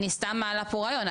אני סתם מעלה פה רעיון.